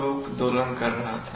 loop दोलन क्यों कर रहा था